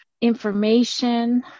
information